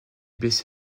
blessé